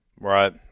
Right